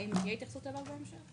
האם תהיה התייחסות אליו בהמשך?